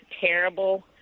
terrible